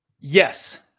Yes